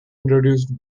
introduced